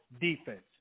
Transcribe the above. defense